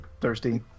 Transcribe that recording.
thirsty